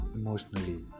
emotionally